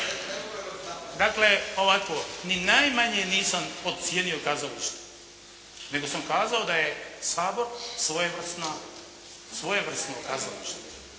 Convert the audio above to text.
Dakle ovako, ni najmanje nisam podcijenio kazalište nego sam kazao da je Sabor svojevrsno kazalište.